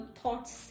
thoughts